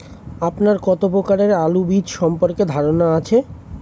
আপনার কত প্রকারের আলু বীজ সম্পর্কে ধারনা আছে?